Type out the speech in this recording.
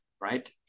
right